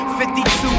52